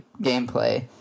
gameplay